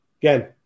again